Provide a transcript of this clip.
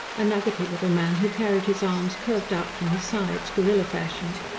a nuggetty little man who carried his arms curved out from his sides, gorilla-fashion.